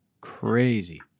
Crazy